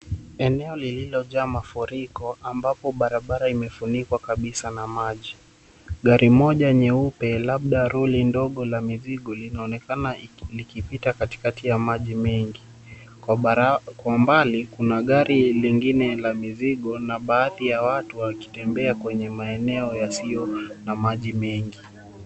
Eneo lililojaa mafuriko ambapo barabara imefunikwa kabisa na maji. Gari moja nyeupe labda lori ndogo la mizigo linaonekana likipita katikati ya maji mengi. Kwa mbali kuna gari lingine la mizigo na baadhi ya watu wakitembea kwenye maeneo yasiyo na maji mengi.